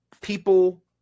people